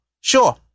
Sure